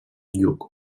lluc